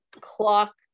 clock